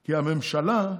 כי הממשלה,